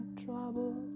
trouble